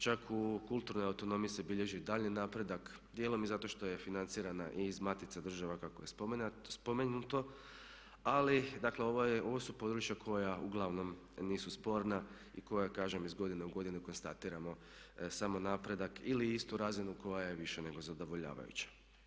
Čak u kulturnoj autonomiji se bilježi daljnji napredak, dijelom i zato što je financirana i iz matice država kako je spomenuto ali dakle ovo su područja koja uglavnom nisu sporna i koja kažem iz godine u godinu konstatiramo samo napredak ili istu razinu koja je više nego zadovoljavajuća.